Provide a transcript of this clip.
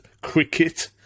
cricket